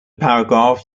paragraph